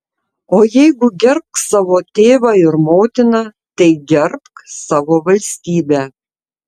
o jeigu gerbk savo tėvą ir motiną tai gerbk savo valstybę